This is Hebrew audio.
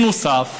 בנוסף,